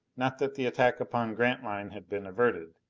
not that the attack upon grantline had been averted.